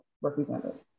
represented